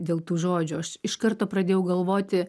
dėl tų žodžių aš iš karto pradėjau galvoti